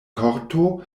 korto